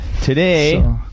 today